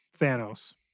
Thanos